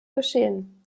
geschehen